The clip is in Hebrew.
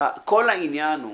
כל העניין הוא